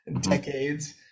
decades